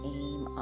aim